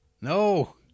No